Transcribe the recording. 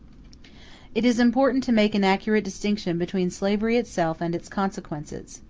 it is important to make an accurate distinction between slavery itself and its consequences.